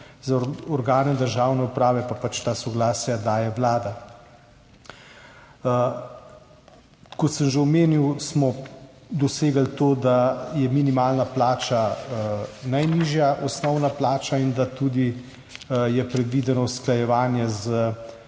za organe državne uprave pa pač ta soglasja daje Vlada. Kot sem že omenil, smo dosegli to, da je minimalna plača najnižja osnovna plača in da je tudi predvideno usklajevanje z